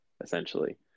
essentially